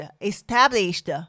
established